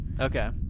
Okay